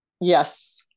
Yes